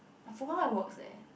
I forgot how it works leh